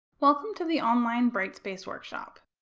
welcome to the online brightspace workshop.